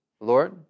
Lord